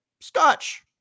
Scotch